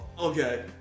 Okay